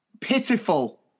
pitiful